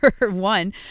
One